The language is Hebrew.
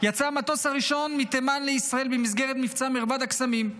יצא המטוס הראשון מתימן לישראל במסגרת מבצע מרבד הקסמים,